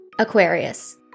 Aquarius